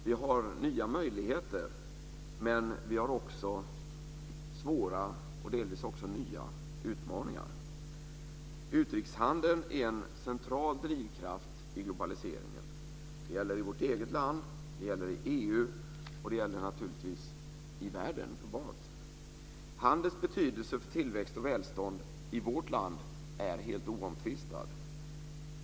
Vi har nya möjligheter men vi har också svåra, och delvis även nya, utmaningar. Utrikeshandeln är en central drivkraft i globaliseringen. Det gäller i vårt eget land, i EU och, naturligtvis, i världen, globalt. Handelns betydelse för tillväxt och välstånd i vårt land är helt oomtvistad.